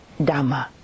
Dhamma